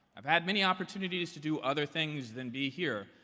i've had many opportunities to do other things than be here,